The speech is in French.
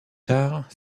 tard